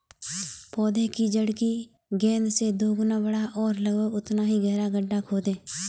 पौधे की जड़ की गेंद से दोगुना बड़ा और लगभग उतना ही गहरा गड्ढा खोदें